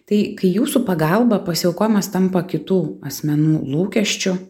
tai kai jūsų pagalba pasiaukojimas tampa kitų asmenų lūkesčiu